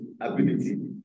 ability